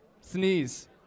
sneeze